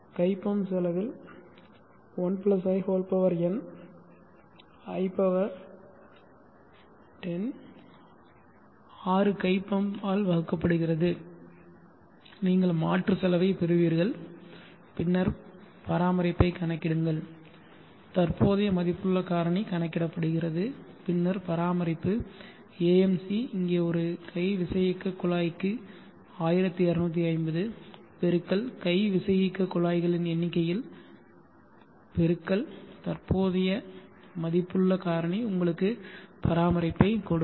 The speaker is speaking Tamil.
கை பம்ப் செலவில் 1 i n i10 6 கை பம்ப் ஆல் வகுக்கப்படுகிறது நீங்கள் மாற்று செலவைப் பெறுவீர்கள் பின்னர் பராமரிப்பைக் கணக்கிடுங்கள் தற்போதைய மதிப்புள்ள காரணி கணக்கிடப்படுகிறது பின்னர் பராமரிப்பு AMC இங்கே ஒரு கை விசையியக்கக் குழாய்க்கு 1250 பெருக்கல் கை விசையியக்கக் குழாய்களின் எண்ணிக்கையில் பெருக்கல் தற்போதைய மதிப்புள்ள காரணி உங்களுக்கு பராமரிப்பைக் கொடுக்கும்